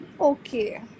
Okay